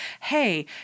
hey